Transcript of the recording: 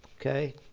Okay